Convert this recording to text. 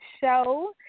show